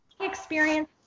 experience